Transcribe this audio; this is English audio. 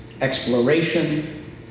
exploration